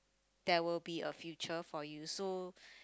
there will be a future for you so